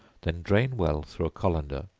then drain well through a colander,